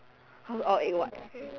cause all egg what